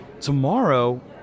Tomorrow